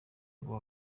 ngo